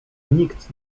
nikt